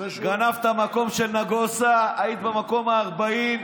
גנבת את המקום של נגוסה והיית במקום ה-40,